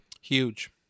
Huge